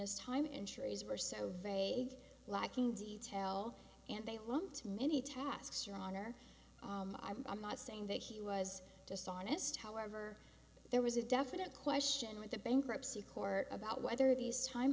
his time injuries were so vague lacking detail and they were wrong to many tasks your honor i'm not saying that he was dishonest however there was a definite question with the bankruptcy court about whether these time